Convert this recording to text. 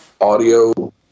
audio